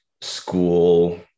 school